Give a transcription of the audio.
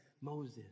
Moses